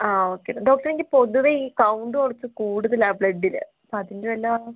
ആ ഓക്കെ ഡോ ഡോക്ടർ എനിക്ക് പൊതുവേ ഈ കൗണ്ട് കൊറച്ച് കൂടുതലാണ് ബ്ലഡ്ഡില് അപ്പം അതിൻ്റെ വല്ലതും ആണോ